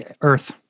Earth